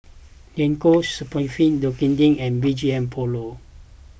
Le Coq Sportif Dequadin and B G M Polo